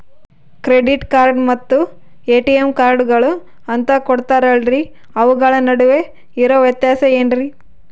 Credit card ಮತ್ತ ATM ಕಾರ್ಡುಗಳು ಅಂತಾ ಕೊಡುತ್ತಾರಲ್ರಿ ಅವುಗಳ ನಡುವೆ ಇರೋ ವ್ಯತ್ಯಾಸ ಏನ್ರಿ?